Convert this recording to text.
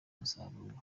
umusaruro